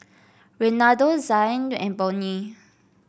Renaldo Zhane and Bonny